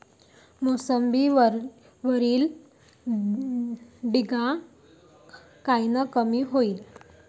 मोसंबीवरील डिक्या कायनं कमी होईल?